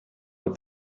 what